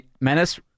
Menace